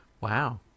Wow